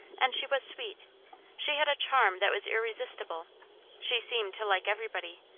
and she was sweet she had a charm that was irresistible she seemed to like everybody,